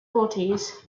bodies